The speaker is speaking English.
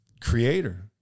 creator